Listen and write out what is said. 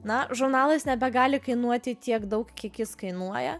na žurnalas nebegali kainuoti tiek daug kiek jis kainuoja